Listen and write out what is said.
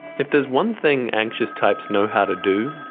if there's one thing anxious types know how to do,